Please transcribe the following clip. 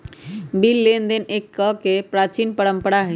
bill लेनदेन कके प्राचीन परंपरा हइ